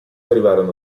arrivarono